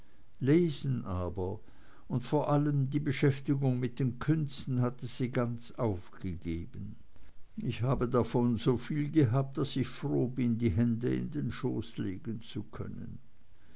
lesen aber und vor allem die beschäftigung mit den künsten hatte sie ganz aufgegeben ich habe davon so viel gehabt daß ich froh bin die hände in den schoß legen zu können